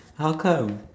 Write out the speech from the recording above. how come